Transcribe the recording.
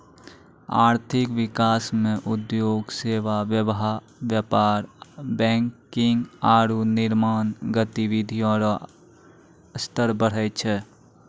आर्थिक विकास मे उद्योग सेवा व्यापार बैंकिंग आरू निर्माण गतिविधि रो स्तर बढ़ै छै